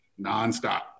Nonstop